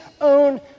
own